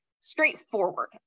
straightforward